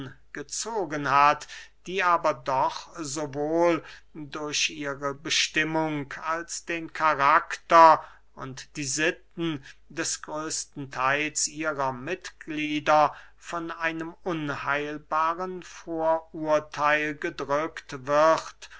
gezogen hat die aber doch sowohl durch ihre bestimmung als den karakter und die sitten des größten theils ihrer mitglieder von einem unheilbaren vorurtheil gedrückt wird